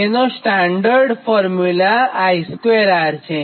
જેનો standard formula I2R છે